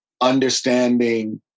understanding